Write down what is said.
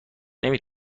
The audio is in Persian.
نمی